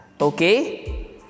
Okay